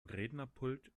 rednerpult